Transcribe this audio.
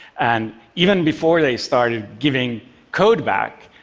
and even before they started giving code back,